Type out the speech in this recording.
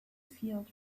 field